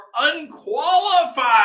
unqualified